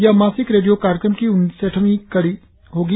यह मासिक रेडियो कार्यक्रम की उनसठवीं संस्करण होगी